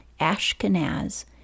Ashkenaz